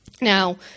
Now